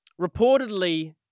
Reportedly